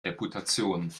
reputation